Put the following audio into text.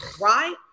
right